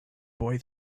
boy